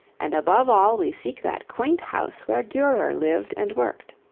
and above all we seek that quaint house where durer lived and worked.